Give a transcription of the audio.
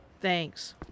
Thanks